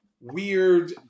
weird